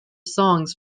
songs